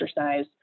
exercise